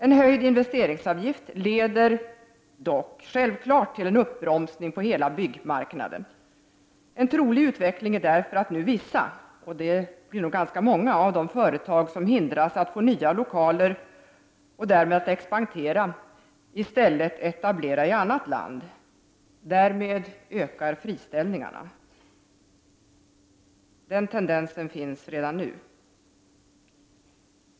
En höjd investeringsavgift leder dock självfallet till en uppbromsning på hela byggmarknaden. En trolig utveckling blir nu därför att vissa, och det blir nog ganska många, av de företag som hindras att få nya lokaler och därmed att expandera i stället etablerar sig i ett annat land. Därmed ökar friställningarna. Den tendensen finns redan nu.